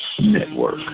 Network